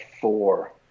four